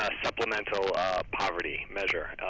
supplemental poverty measure,